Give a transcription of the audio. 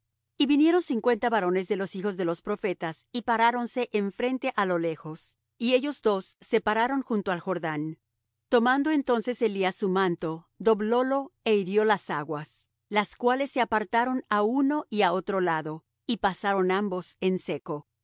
y vinieron cincuenta varones de los hijos de los profetas y paráronse enfrente á lo lejos y ellos dos se pararon junto al jordán tomando entonces elías su manto doblólo é hirió las aguas las cuales se apartaron á uno y á otro lado y pasaron ambos en seco